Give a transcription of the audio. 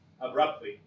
Abruptly